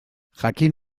jakin